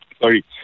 sorry